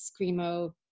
screamo